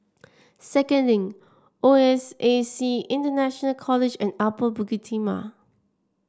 Second Link O S A C International College and Upper Bukit Timah